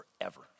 forever